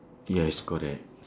yes correct